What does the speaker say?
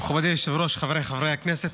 מכובדי היושב-ראש, חבריי חברי הכנסת,